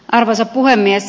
arvoisa puhemies